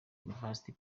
university